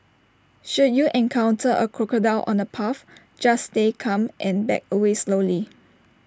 should you encounter A crocodile on the path just stay calm and back away slowly